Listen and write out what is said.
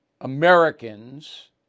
Americans